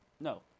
No